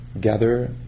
gather